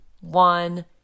one